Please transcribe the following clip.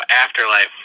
Afterlife